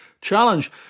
challenge